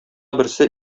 берсе